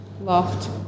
Loft